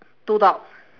two dog